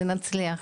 ושנצליח.